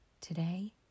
Today